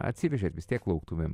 atsivežėt vis tiek lauktuvėm